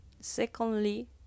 Secondly